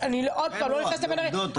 אני עוד פעם לא נכנסת לפרטים,